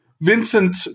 Vincent